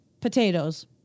potatoes